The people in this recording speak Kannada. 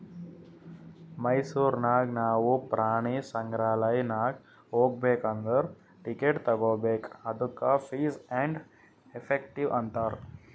ಮೈಸೂರ್ ನಾಗ್ ನಾವು ಪ್ರಾಣಿ ಸಂಗ್ರಾಲಯ್ ನಾಗ್ ಹೋಗ್ಬೇಕ್ ಅಂದುರ್ ಟಿಕೆಟ್ ತಗೋಬೇಕ್ ಅದ್ದುಕ ಫೀಸ್ ಆ್ಯಂಡ್ ಎಫೆಕ್ಟಿವ್ ಅಂತಾರ್